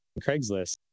Craigslist